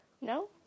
No